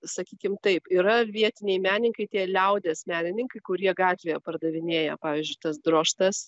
sakykim taip yra vietiniai meninkai tie liaudies menininkai kurie gatvėje pardavinėja pavyzdžiui tas drožtas